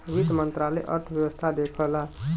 वित्त मंत्रालय अर्थव्यवस्था देखला